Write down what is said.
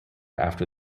after